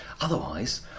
otherwise